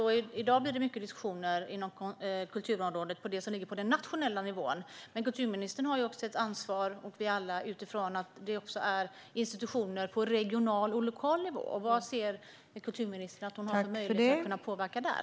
I dag blir det mycket diskussioner på kulturområdet om det som ligger på den nationella nivån, men kulturministern och vi alla har också ett ansvar utifrån att det finns institutioner också på regional och lokal nivå. Ser kulturministern någon möjlighet att påverka där?